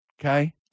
Okay